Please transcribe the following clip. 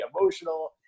emotional